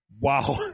Wow